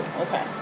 Okay